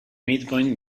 midpoint